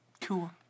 Cool